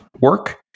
work